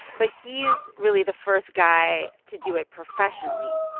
but he's really the first guy to do it professionally.